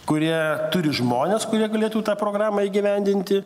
kurie turi žmones kurie galėtų tą programą įgyvendinti